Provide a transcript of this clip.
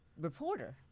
reporter